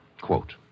Quote